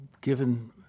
given